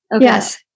Yes